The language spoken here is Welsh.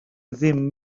ddim